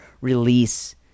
release